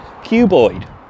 cuboid